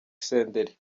senderi